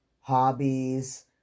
hobbies